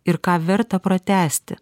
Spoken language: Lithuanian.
ir ką verta pratęsti